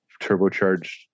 turbocharged